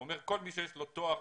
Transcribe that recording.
הוא אומר שכל מי שיש לו תואר